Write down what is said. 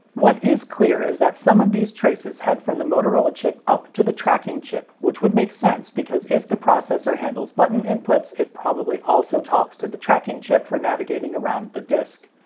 what is clear is that some of these traces head from the motorola chip up to the tracking chip, which would make sense because if the processor handles button inputs, it probably also talks to the tracking chip for navigating around the disc.